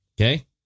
Okay